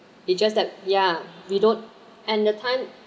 it just that ya we don't and the time